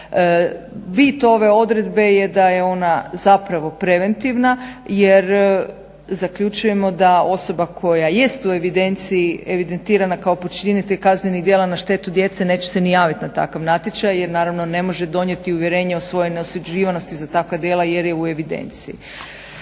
Bit ove odredbe je da je ona zapravo preventivna jer zaključujemo da osoba koja jest u evidenciji evidentirana kao počinitelj kaznenih djela na štetu djece neće se ni javit na takav natječaj jer naravno ne može donijeti uvjerenje o svojoj neosuđivanosti za takva djela jer je u evidenciji.